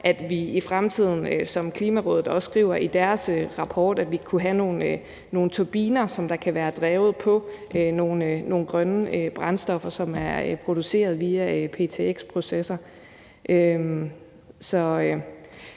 at vi i fremtiden, som Klimarådet også skriver i deres rapport, kunne have nogle turbiner, som kunne være drevet på nogle grønne brændstoffer, som var produceret via ptx-processer.